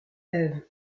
ève